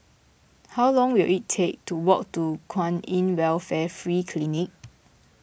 how long will it take to walk to Kwan in Welfare Free Clinic